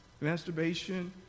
Masturbation